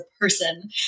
person